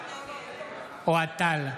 בעד אוהד טל,